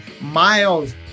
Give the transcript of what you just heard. Miles